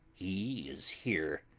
he is here,